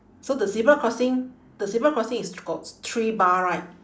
so the zebra crossing the zebra crossing is got three bar right